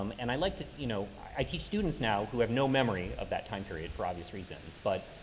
um and i like to, you know, i teach students now who have no memory of that time period for obvious reasons, but,